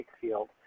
field